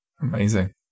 Amazing